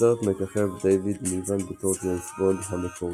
בסרט מככב דייוויד ניבן בתור ג'יימס בונד "המקורי",